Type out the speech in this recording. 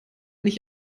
nicht